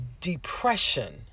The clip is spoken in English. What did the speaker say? depression